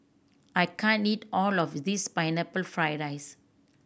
I can't eat all of this Pineapple Fried rice